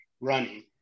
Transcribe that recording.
running